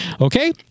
Okay